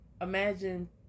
imagine